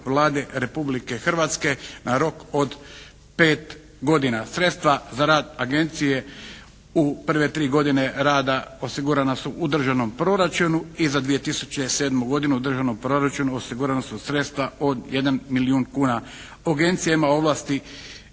Vlade Republike Hrvatske na rok od pet godina. Sredstva za rad agencije u prve tri godine osigurana su u državnom proračunu i za 2007. godinu u državnom proračunu osigurana su sredstva od 1 milijun kuna. Agencija ima ovlasti